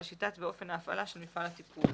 על שיטת ואופן ההפעלה של מפעל הטיפול".